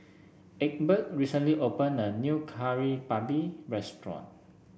Egbert recently open a new Kari Babi restaurant